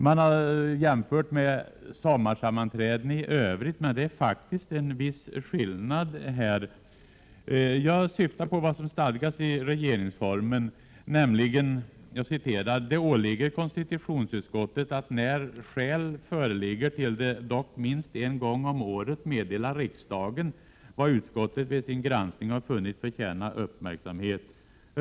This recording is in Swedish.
Man har jämfört med sommarsammanträden i övrigt, men det är faktiskt en viss skillnad här. Jag syftar på vad som stadgas i regeringsformen, nämligen: ”Det åligger konstitutionsutskottet att när skäl föreligger till det, dock minst en gång om året, meddela riksdagen vad utskottet vid sin granskning har funnit förtjäna uppmärksamhet.